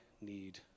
need